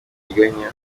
bateganya